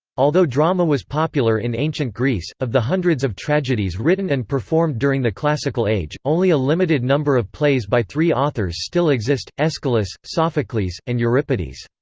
although drama was popular in ancient greece, of the hundreds of tragedies written and performed during the classical age, only a limited number of plays by three authors still exist aeschylus, sophocles, and euripides.